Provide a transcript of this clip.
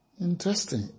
Interesting